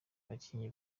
abakinnyi